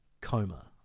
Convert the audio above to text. Coma